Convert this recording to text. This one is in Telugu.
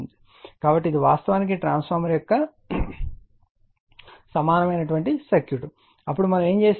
కాబట్టి ఇది వాస్తవానికి ట్రాన్స్ఫార్మర్ యొక్క సమానమైన సర్క్యూట్ అప్పుడు మనము ఏమి చేసాము